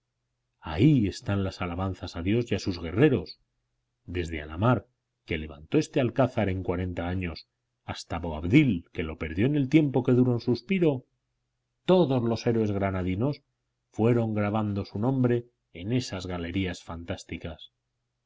ahí están las alabanzas a dios y a sus guerreros desde alhamar que levantó este alcázar en cuarenta años hasta boabdil que lo perdió en el tiempo que dura un suspiro todos los héroes granadinos fueron grabando su nombre en esas galerías fantásticas